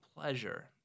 pleasure